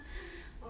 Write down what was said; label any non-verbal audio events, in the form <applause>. <breath>